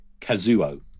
Kazuo